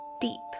Deep